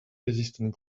resistant